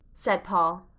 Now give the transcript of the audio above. said paul.